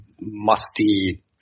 musty